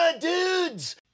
dudes